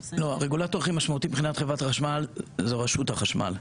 הרגולטור הכי משמעותי מבחינת חברת החשמל זו רשות החשמל,